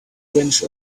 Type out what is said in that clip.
wrench